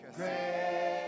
great